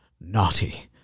naughty